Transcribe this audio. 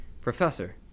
Professor